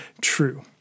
true